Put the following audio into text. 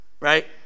right